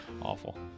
awful